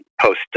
post